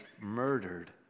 murdered